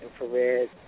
infrared